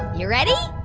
you ready?